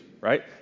right